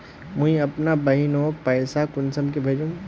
मुई अपना बहिनोक पैसा कुंसम के भेजुम?